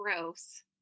Gross